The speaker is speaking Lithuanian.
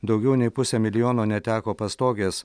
daugiau nei pusė milijono neteko pastogės